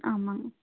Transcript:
ஆமாம்